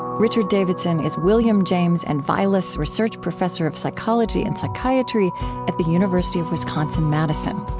richard davidson is william james and vilas research professor of psychology and psychiatry at the university of wisconsin-madison.